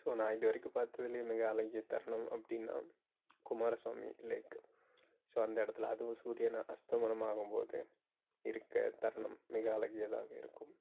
so நான் இது வரைக்கும் பார்த்ததுலே மிக அழகிய தருணம் அப்படினா குமாரசாமி லேக் ஸோ அந்த இடத்துல அதுவும் சூரியனு அஸ்தமனம் ஆகும் போது இருக்க தருணம் மிக அழகியதாக இருக்கும்